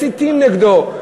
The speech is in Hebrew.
מסיתים נגדו,